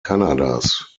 kanadas